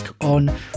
on